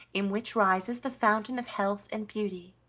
in which rises the fountain of health and beauty.